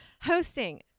Hosting